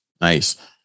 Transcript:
Nice